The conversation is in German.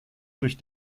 durch